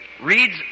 reads